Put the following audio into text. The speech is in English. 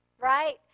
right